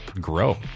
grow